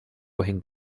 hängt